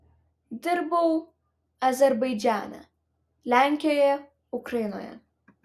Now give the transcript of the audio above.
dirbau azerbaidžane lenkijoje ukrainoje